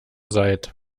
seid